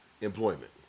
employment